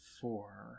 four